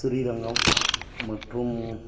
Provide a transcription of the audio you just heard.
ஸ்ரீரங்கம் மற்றும்